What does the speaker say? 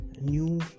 new